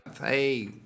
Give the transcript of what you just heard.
Hey